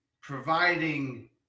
providing